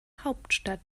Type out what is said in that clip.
hauptstadt